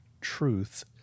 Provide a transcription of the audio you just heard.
truth